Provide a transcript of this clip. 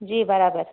जी बराबरि